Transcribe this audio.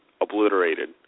obliterated